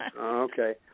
Okay